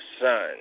son